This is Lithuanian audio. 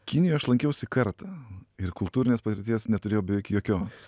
kinijoj aš lankiausi kartą ir kultūrinės patirties neturėjau beveik jokios